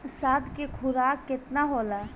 साढ़ के खुराक केतना होला?